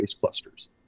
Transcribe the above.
clusters